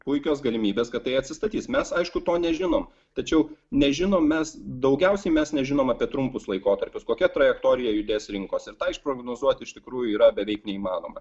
puikios galimybės kad tai atsistatys mes aišku to nežinom tačiau nežinom mes daugiausiai mes nežinom apie trumpus laikotarpius kokia trajektorija judės rinkos ir tą išprognozuot iš tikrųjų yra beveik neįmanoma